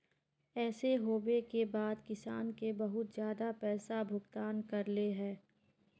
ऐसे होबे के बाद किसान के बहुत ज्यादा पैसा का भुगतान करले है?